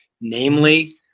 namely